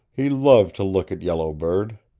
he loved to look at yellow bird.